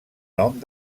nom